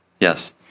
Yes